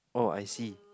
oh I see